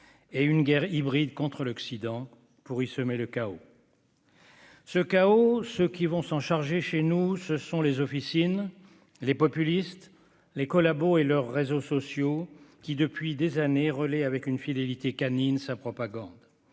et une guerre hybride contre l'Occident, pour y semer le chaos. Ce chaos, ceux qui vont s'en charger chez nous, ce sont les officines, les populistes, les collabos et leurs réseaux sociaux qui, depuis des années, relayent avec une fidélité canine sa propagande.